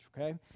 okay